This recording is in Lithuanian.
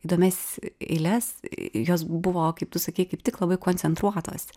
įdomias eiles jos buvo kaip tu sakei kaip tik labai koncentruotos